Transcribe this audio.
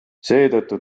seetõttu